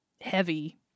heavy